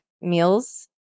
meals